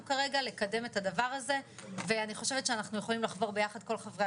כרגע לקדם את הדבר הזה ואני חושבת שאנחנו יכולים לבור ביחד כל חברי